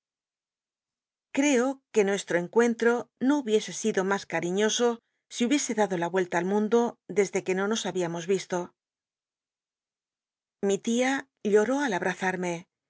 crco que nuestro cntncntro no lnrbié c ido ma cariñoso i hubiese dado la l'llclla al mundo tlc m que no nos habíamos rbto mi lia lloró al